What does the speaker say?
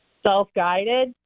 self-guided